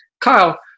Kyle